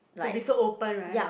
to be so open right